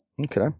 Okay